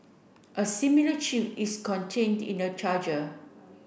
a similar chip is contained in the charger